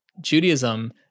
Judaism